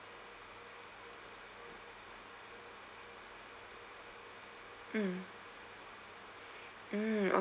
mm mm